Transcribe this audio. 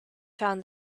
found